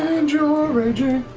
enjoy raging